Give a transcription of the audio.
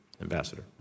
Ambassador